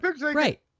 right